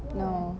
no